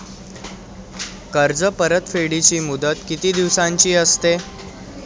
कर्ज परतफेडीची मुदत किती दिवसांची असते?